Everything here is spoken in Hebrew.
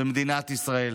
במדינת ישראל